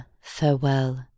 farewell